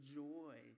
joy